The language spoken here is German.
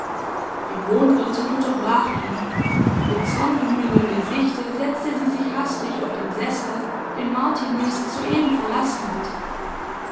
paar die mondwirtin unterbrach ihn mit zornglühendem gesichte setzte sie sich hastig auf den sessel den martiniz soeben verlassen hatte